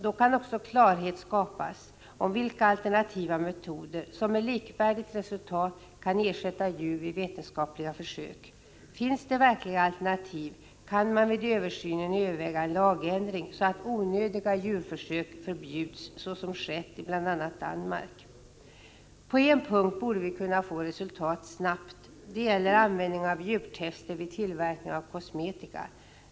Då kan också klarhet skapas om vilka alternativa metoder som med likvärdigt resultat kan ersätta djur vid vetenskapliga försök. Finns det verkliga alternativ, kan man vid översynen överväga en lagändring så att onödiga djurförsök förbjuds, såsom skett i bl.a. Danmark. På en punkt borde vi kunna få resultat snabbt. Det gäller användning av djurtest vid tillverkning av kosmetika.